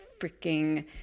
freaking